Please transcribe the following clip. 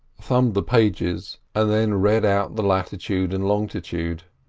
thumbed the pages, and then read out the latitude and longitude.